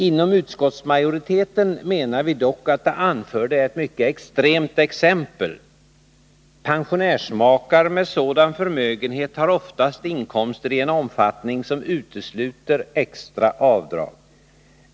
Inom utskottsmajoriteten menar vi dock att det anförda är ett mycket extremt exempel. Pensionärsmakar med sådan förmögenhet har oftast inkomster i en omfattning som utesluter extra avdrag.